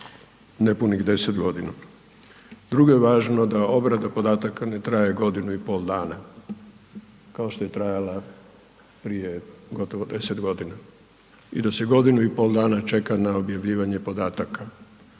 nepunih 10.g. Drugo je važno da obrada podataka ne traje godinu i pol dana kao što je trajala prije gotovo 10 g. i da se godinu i pol dana čeka na objavljivanje podataka